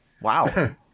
Wow